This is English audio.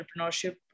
entrepreneurship